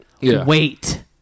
Wait